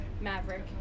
Maverick